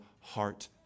Heart